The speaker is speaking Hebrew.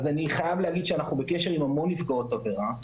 אז אני חייב להגיד שאנחנו בקשר עם המון נפגעות עבירה,